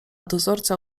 dozorca